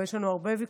יש לנו הרבה ויכוחים,